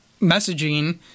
messaging